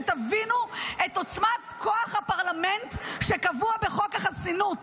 שתבינו את עוצמת כוח הפרלמנט שקבוע בחוק החסינות.